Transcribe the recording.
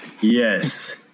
Yes